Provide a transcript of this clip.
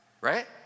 right